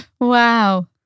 Wow